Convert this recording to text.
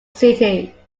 city